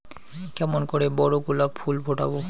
কেমন করে বড় গোলাপ ফুল ফোটাব?